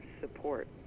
support